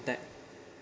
that